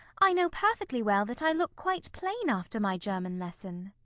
i know perfectly well that i look quite plain after my german lesson.